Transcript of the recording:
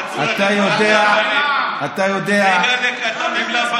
אתה יודע, בייגלה קטן עם,